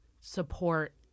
support